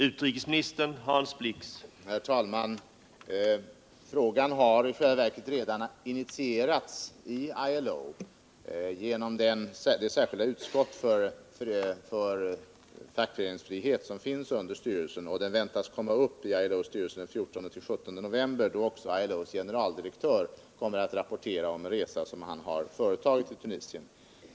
Herr talman! Frågan hari själva verket initierats i ILO i det särskilda utskott för frågor om fackföreningsfrihet som finns under styrelsen. Den väntas komma upp i ILO:s styrelse den 14-17 november, då också ILO:s generaldirektör kommer att rapportera om ett besök som han företagit i Tunisien.